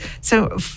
So-